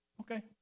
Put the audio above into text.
Okay